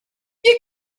you